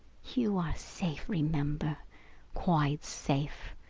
you are safe, remember quite safe.